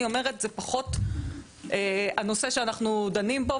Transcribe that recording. אני אומרת שזה פחות הנושא שאנחנו דנים בו,